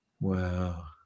Wow